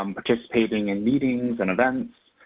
um participating in meetings, and events,